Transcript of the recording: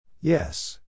Yes